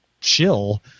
chill